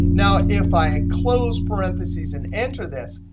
now if i close parentheses and enter this,